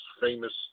famous